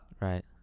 Right